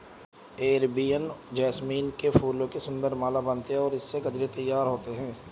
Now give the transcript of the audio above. Arabian jasmine के फूलों की सुंदर माला बनती है और इससे गजरे तैयार होते हैं